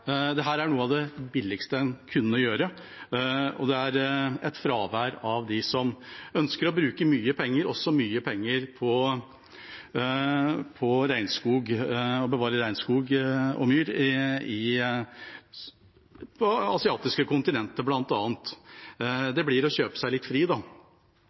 er noe av det billigste en kan gjøre, og så er det et fravær av de som ønsker å bruke mye penger – også mye penger på å bevare regnskog og myr på det asiatiske kontinentet bl.a. Det blir å kjøpe seg litt fri.